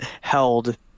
held